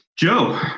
Joe